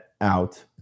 out